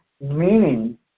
meaning